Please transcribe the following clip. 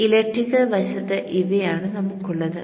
electrical വശത്ത് ഇവയാണ് നമുക്കുള്ളത്